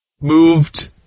moved